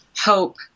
hope